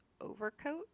overcoat